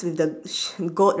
with the sh~ goat